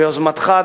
ביוזמתך,